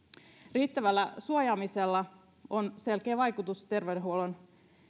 riittävällä suojaamisella on selkeä vaikutus terveydenhuollon